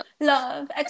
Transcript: Love